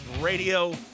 Radio